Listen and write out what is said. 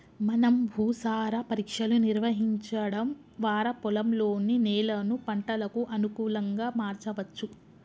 మనం భూసార పరీక్షలు నిర్వహించడం వారా పొలంలోని నేలను పంటలకు అనుకులంగా మార్చవచ్చు